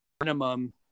minimum